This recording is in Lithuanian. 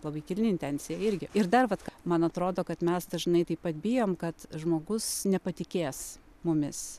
labai kilni intencija irgi ir dar vat man atrodo kad mes dažnai taip pat bijom kad žmogus nepatikės mumis